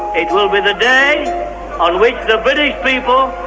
it will be the day on which the british people